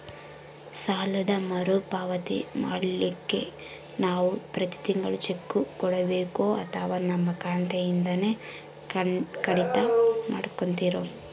ಸಾಲದ ಮರುಪಾವತಿ ಮಾಡ್ಲಿಕ್ಕೆ ನಾವು ಪ್ರತಿ ತಿಂಗಳು ಚೆಕ್ಕು ಕೊಡಬೇಕೋ ಅಥವಾ ನಮ್ಮ ಖಾತೆಯಿಂದನೆ ಕಡಿತ ಮಾಡ್ಕೊತಿರೋ?